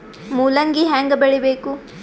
ಮೂಲಂಗಿ ಹ್ಯಾಂಗ ಬೆಳಿಬೇಕು?